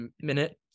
minute